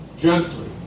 Gently